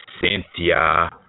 Cynthia